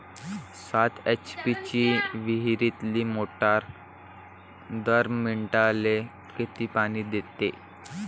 सात एच.पी ची विहिरीतली मोटार दर मिनटाले किती पानी देते?